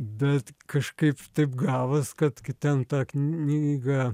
bet kažkaip taip gavosi kad kai ten tą knygą